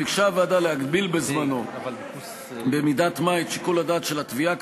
ביקשה הוועדה בזמנה להגביל במידת מה את שיקול הדעת של התביעה,